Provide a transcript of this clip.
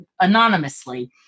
anonymously